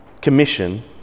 Commission